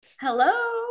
hello